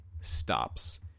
stops